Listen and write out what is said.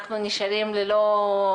אנחנו נשארים ללא,